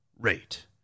rate